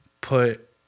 put